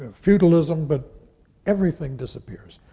ah feudalism, but everything disappears.